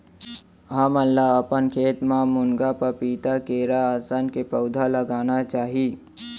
हमन ल अपन खेत म मुनगा, पपीता, केरा असन के पउधा लगाना चाही